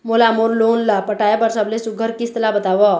मोला मोर लोन ला पटाए बर सबले सुघ्घर किस्त ला बताव?